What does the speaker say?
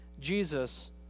Jesus